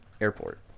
airport